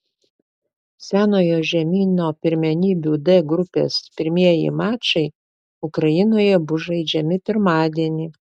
senojo žemyno pirmenybių d grupės pirmieji mačai ukrainoje bus žaidžiami pirmadienį